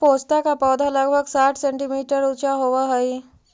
पोस्ता का पौधा लगभग साठ सेंटीमीटर ऊंचा होवअ हई